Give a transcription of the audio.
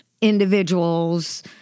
individuals